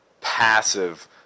passive